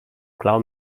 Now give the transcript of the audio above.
clau